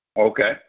Okay